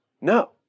No